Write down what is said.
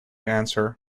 answer